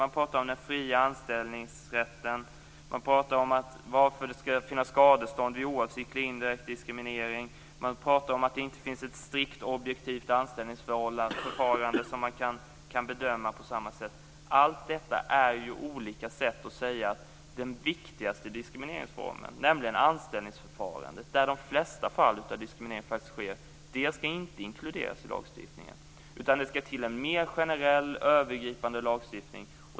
Man pratar om den fria anställningsrätten, om varför det skall finnas skadestånd vid oavsiktlig indirekt diskriminering och om att det inte finns ett strikt objektivt anställningsförfarande som man kan bedöma på samma sätt. Allt detta är ju olika sätt att säga att den viktigaste diskrimineringsformen, nämligen den som förekommer vid anställningsförfarandet, där de flesta fall av diskriminering faktiskt sker, inte skall inkluderas i lagstiftningen. I stället skall det till en mer generell och övergripande lagstiftning.